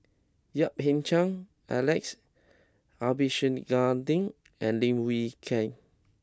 Yap Ee Chian Alex Abisheganaden and Lim Wee Kiak